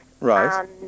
right